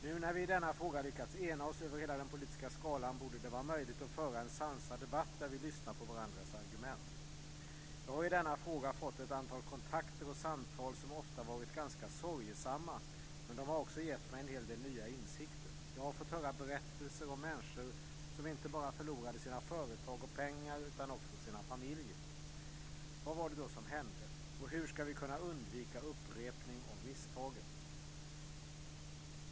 Nu när vi i denna fråga har lyckats ena oss över hela den politiska skalan borde det vara möjligt att föra en sansad debatt där vi lyssnar på varandras argument. Jag har i denna fråga fått ett antal kontakter och samtal som ofta har varit ganska sorgesamma, men de har också gett mig en hel del nya insikter. Jag har fått höra berättelser om människor som inte bara förlorade sina företag och pengar utan också sina familjer. Vad var det då som hände? Hur ska vi kunna undvika upprepning av misstagen?